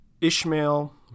Ishmael